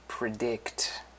Predict